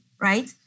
right